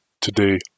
Today